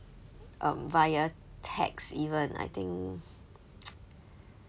um via text even I think